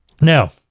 Now